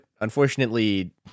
unfortunately